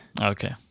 Okay